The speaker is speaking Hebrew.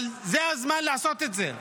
אבל זה הזמן לעשות את זה.